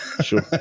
sure